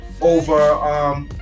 over